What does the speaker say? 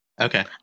Okay